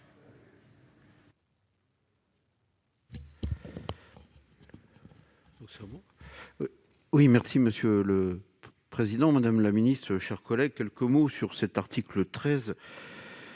l'article. Monsieur le président, madame la ministre, mes chers collègues, quelques mots sur cet article 13